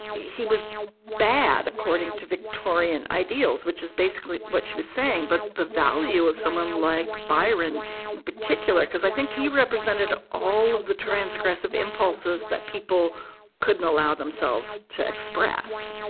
he was bad according to victorian ideals, which is basically what she was saying. but the value of someone like byron in particular, because i think he represented all of the transgressive impulses that people couldn't allow themselves to express,